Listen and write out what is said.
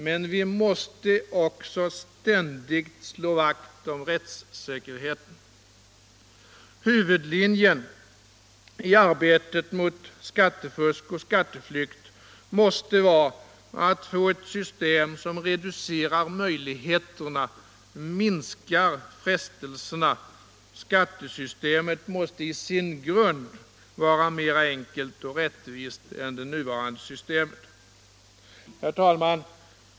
Men vi måste också ständigt slå vakt om rättssäkerheten. Huvudlinjen i arbetet mot skattefusk och skatteflykt måste vara att få ett system som reducerar möjligheterna och minskar frestelserna. Skattesystemet måste i sin grund vara mera enkelt och rättvist än det nuvarande systemet. Herr talman!